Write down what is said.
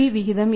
விகிதம் என்ன